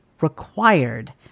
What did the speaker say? required